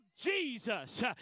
Jesus